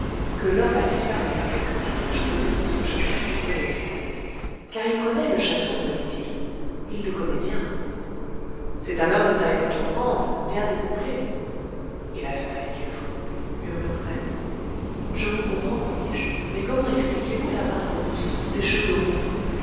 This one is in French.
que l'homme a disparu par quelque passage secret de ce château qu'il connaissait car il connaît le château me dit-il il le connaît bien c'est un homme de taille plutôt grande bien découplé il a la taille qu'il faut murmure fred je vous comprends dis-je mais comment expliquezvous la barbe rousse les cheveux roux